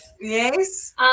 Yes